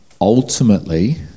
Ultimately